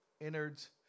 innards